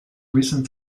recent